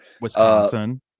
Wisconsin